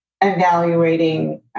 evaluating